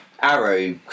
Arrow